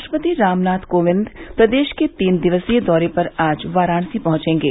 राष्ट्रपति राम नाथ कोविंद प्रदेश के तीन दिवसीय दौरे पर आज वाराणसी पहुंचेंगे